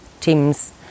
teams